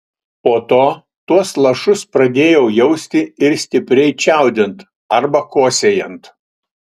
po to tuos lašus pradėjau jausti ir stipriai čiaudint arba kosėjant